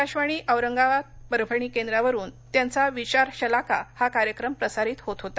आकाशवाणीच्या औरंगाबाद परभणी केंद्रावरून त्यांचा विचारशलाका हा कार्यक्रम प्रसारित होत होता